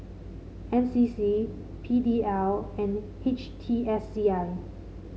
N C C P D L and H T S C I